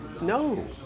no